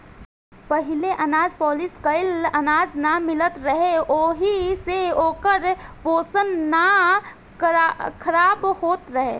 पहिले अनाज पॉलिश कइल अनाज ना मिलत रहे ओहि से ओकर पोषण ना खराब होत रहे